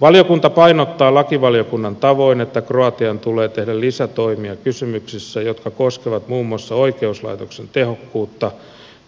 valiokunta painottaa lakivaliokunnan tavoin että kroatian tulee tehdä lisätoimia kysymyksissä jotka koskevat muun muassa oikeuslaitoksen tehokkuutta